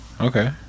okay